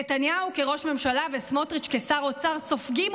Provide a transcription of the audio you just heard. נתניהו כראש ממשלה וסמוטריץ' כשר אוצר סופגים,